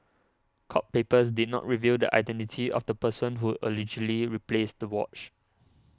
court papers did not reveal the identity of the person who allegedly replaced the watch